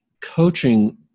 coaching